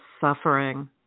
suffering